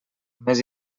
més